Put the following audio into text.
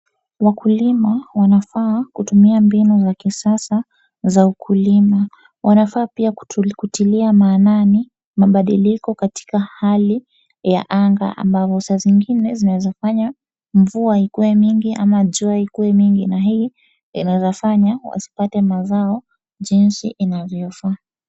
Wakulima wanafaa kutumia mbinu ya kisasa za ukulima wanafaa pia kutilia maanani mabadiliko katika hali ya angaa ambapo saa zingine zianaeza fanya mvua ikuwe mingi au jua ikuwe mingi na hii inaeza fanya wasipate mazao jinsi inavyofaa.